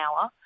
hour